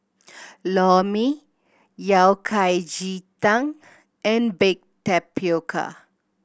Lor Mee Yao Cai ji tang and baked tapioca